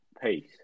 pace